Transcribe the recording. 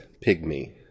pygmy